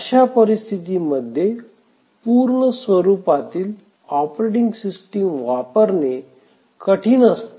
अशा परिस्थिती मध्ये पूर्ण स्वरूपातील ऑपरेटिंग सिस्टीम वापरणे कठीण असते